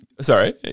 sorry